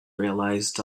realized